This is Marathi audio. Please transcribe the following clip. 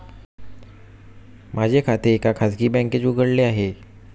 माझे खाते एका खाजगी बँकेत उघडले आहे